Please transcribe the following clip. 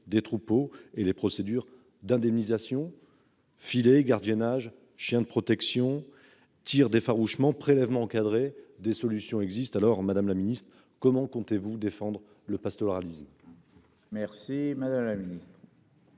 des troupeaux et les procédures d'indemnisation filer gardiennage chiens de protection. Tirs d'effarouchement prélèvements encadré des solutions existent alors Madame la Ministre comment comptez-vous défendre le pastoralisme.